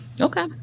okay